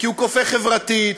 כי הוא קופא חברתית,